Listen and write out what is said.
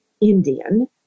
Indian